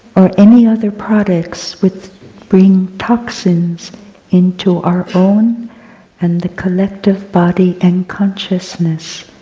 or any other products which bring toxins into our own and the collective body and consciousness